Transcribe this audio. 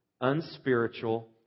unspiritual